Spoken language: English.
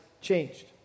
changed